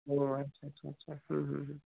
ও আচ্ছা আচ্ছা আচ্ছা হুম হুম হুম